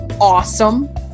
awesome